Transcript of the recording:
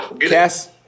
Yes